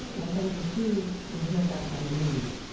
when things improve, we'll hear about it on the news.